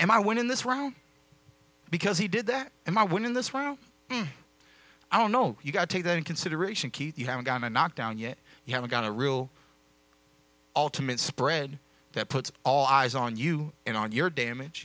and i went in this round because he did that and i went in this way i don't know you got to take that in consideration keith you haven't gotten a knock down yet you haven't got a real ultimate spread that puts all eyes on you and on your damage